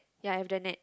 ya under net